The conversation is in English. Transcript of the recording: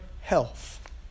health